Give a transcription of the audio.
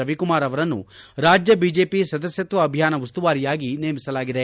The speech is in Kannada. ರವಿಕುಮಾರ್ ಅವರನ್ನು ರಾಜ್ಯ ಬಿಜೆಪಿ ಸದಸ್ಟತ್ವ ಅಭಿಯಾನ ಉಸ್ತುವಾರಿ ಯಾಗಿ ನೇಮಿಸಲಾಗಿದೆ